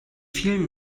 vielen